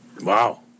Wow